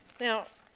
now,